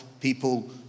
people